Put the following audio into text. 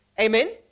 Amen